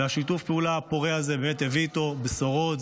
ושיתוף הפעולה הפורה הזה הביא איתו בשורות.